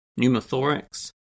pneumothorax